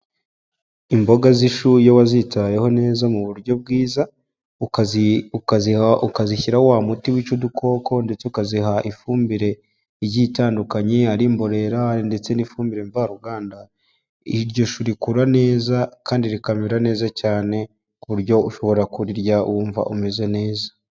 Imboga zi'ishu iyo wazitayeho neza mu buryo bwiza, ukazishyira wa muti wica udukoko ndetse ukaziha ifumbire igiye itandukanye, ari imbonerera ndetse n'ifumbire mvaruganda, iryo shuri rikura neza kandi rikamera neza cyane ku buryo ushobora kurirya wumva umeze neza.